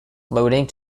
loading